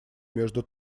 между